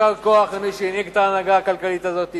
יישר כוח למי שהנהיג את ההנהגה הכלכלית הזאת.